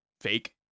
fake